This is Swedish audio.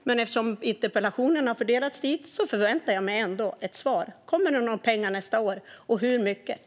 Men eftersom interpellationen har fördelats till henne förväntar jag mig ändå ett svar. Kommer det några pengar nästa år, i så fall hur mycket?